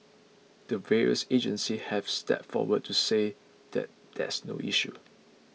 the various agencies have stepped forward to say that there's no issue